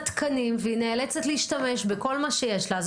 תקנים והיא נאלצת להשתמש בכל מה שיש לה.